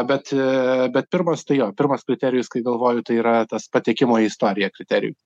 bet bet pirmas tai jo pirmas kriterijus kai galvoju tai yra tas patekimo į istoriją kriteriju